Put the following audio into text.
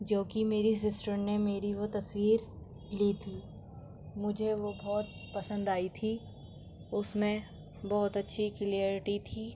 جو کہ میری سسٹر نے میری وہ تصویر لی تھی مجھے وہ بہت پسند آئی تھی اس میں بہت اچھی کلیئرٹی تھی